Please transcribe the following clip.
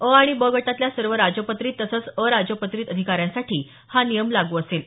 अ आणि ब गटातल्या सर्व राजपत्रित तसंच अराजपत्रित अधिकाऱ्यांसाठी हा नियम लागू असेल